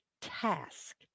task